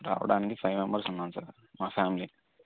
రావడనికి five members ఉన్నాం sir మా family